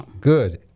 good